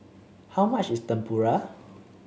how much is Tempura